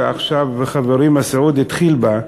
ועכשיו חברי מסעוד התחיל בה,